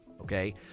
Okay